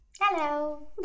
Hello